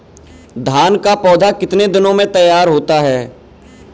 धान का पौधा कितने दिनों में तैयार होता है?